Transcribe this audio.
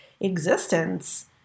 existence